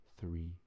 three